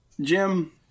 Jim